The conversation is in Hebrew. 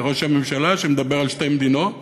לראש הממשלה שמדבר על שתי מדינות